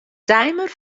timer